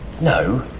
No